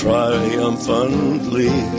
Triumphantly